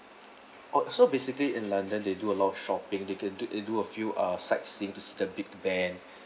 oh so basically in london they do a lot of shopping they can do they do a few uh sightseeing to see the big ben